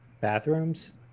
Bathrooms